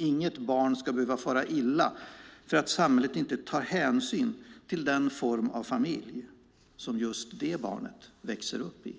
Inget barn ska behöva fara illa för att samhället inte tar hänsyn till den form av familj som just det barnet växer upp i.